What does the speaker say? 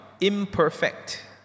imperfect